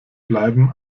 bleiben